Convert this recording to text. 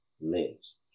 lives